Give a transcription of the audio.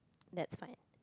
that's fine